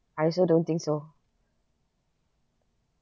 I also don't think so